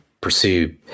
pursue